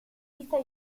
vista